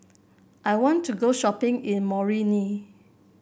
I want to go shopping in Moroni